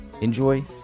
Enjoy